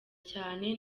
cyane